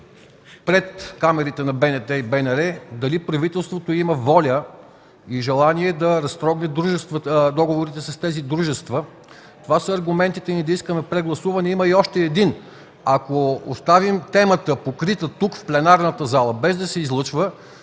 национално радио дали правителството има воля и желание да разтрогне договорите с тези дружества. Това са аргументите ни да искаме прегласуване. Има още един аргумент. Ако оставим темата покрита тук – в пленарната зала, без да се излъчва,